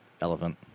Elephant